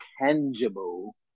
tangible